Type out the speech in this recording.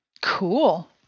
Cool